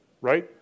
right